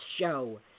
show